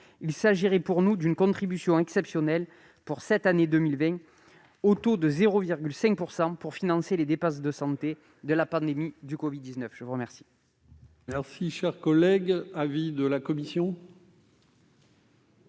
Il s'agirait pour nous d'une contribution ponctuelle pour cette année 2020, au taux de 0,5 %, pour financer les dépenses de santé liées à la pandémie du covid-19. Quel